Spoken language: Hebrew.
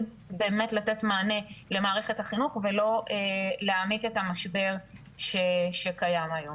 באמת לתת מענה למערכת החינוך ולא להעמיק את המשבר שקיים היום.